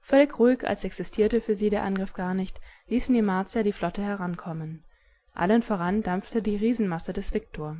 völlig ruhig als existierte für sie der angriff gar nicht ließen die martier die flotte herankommen allen voran dampfte die riesenmasse des viktor